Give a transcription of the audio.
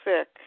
sick